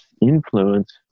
influence